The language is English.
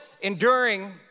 enduring